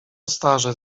starzec